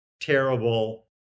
terrible